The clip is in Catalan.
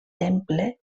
temple